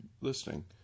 listening